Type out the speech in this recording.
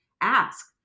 ask